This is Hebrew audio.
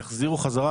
יחזירו חזרה.